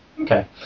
Okay